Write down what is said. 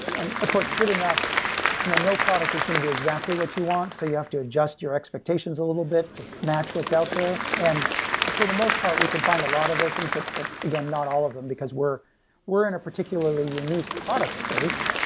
and of course, good enough no no product is going to be exactly what you want, so you have to adjust your expectations a little bit to match what's out there. and for the most part, we can find a lot of those things, but, but again, not all of them, because we're we're in a particularly unique product space,